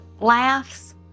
laughs